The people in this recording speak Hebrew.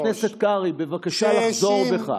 חבר הכנסת קרעי, בבקשה לחזור בך.